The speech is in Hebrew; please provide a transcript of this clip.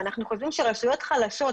ואנחנו חושבים שרשויות חלשות,